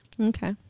Okay